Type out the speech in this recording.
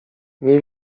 nie